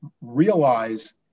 realize